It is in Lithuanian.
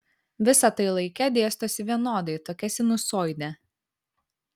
visa tai laike dėstosi vienodai tokia sinusoide